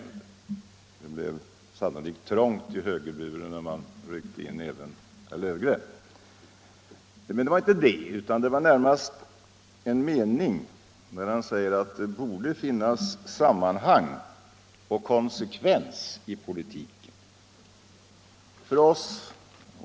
Det blev sannolikt litet trångt i högerburen när även herr Löfgren ryckte in. Men det var inte det jag ville kommentera, utan närmast vad han sade om att det borde finnas sammanhang och konsekvens i politiken.